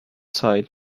side